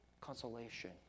consolation